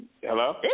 hello